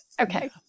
okay